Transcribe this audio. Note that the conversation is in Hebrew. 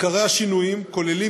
עיקרי השינויים כוללים,